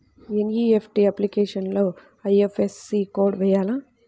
NEFT అప్లికేషన్లో IFSC code వేయాలా?